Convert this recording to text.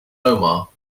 omar